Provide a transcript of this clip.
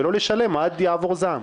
ולא לשלם עד יעבור הזעם.